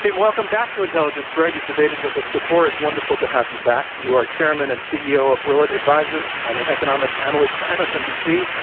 um welcome back to intelligence squared. you've debated with us before. it's wonderful to have you back. you are chairman and ceo of willett advisors and an economic analyst for msnbc.